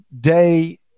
day